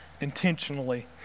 intentionally